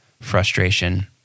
frustration